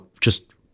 Just-